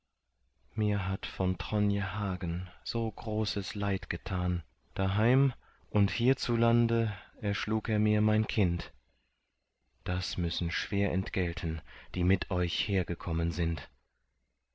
mir hat von tronje hagen so großes leid getan daheim und hier zu lande erschlug er mir mein kind das müssen schwer entgelten die mit euch hergekommen sind